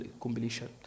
completion